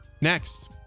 next